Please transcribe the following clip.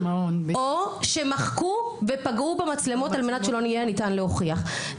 או שמחקו ופגעו במצלמות על מנת שלא יהיה ניתן להוכיח,